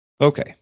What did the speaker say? okay